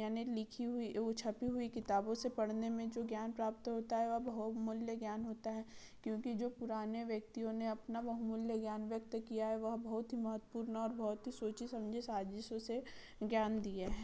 यानि लिखी हुई उ छपी हुई किताबों से पढ़ने में जो ज्ञान प्राप्त होता है वह बहुमूल्य ज्ञान होता है क्योंकि जो पुराने व्यक्तियों ने अपना बहुमूल्य ज्ञान व्यक्त किया है वह बहुत ही महत्वपूर्ण और बहुत ही सोची समझी साजिशों से ज्ञान दिए हैं